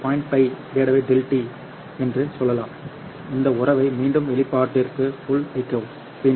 5 ∆ τ என்று சொல்லலாம் இந்த உறவை மீண்டும் வெளிப்பாட்டிற்குள் வைக்கவும் பின்னர் நீங்கள்0